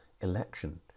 election